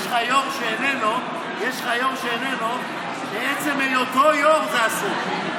יש לך יו"ר, שאיננו, שעצם היותו יו"ר זה אסור.